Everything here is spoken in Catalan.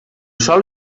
sòl